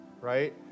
right